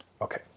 Okay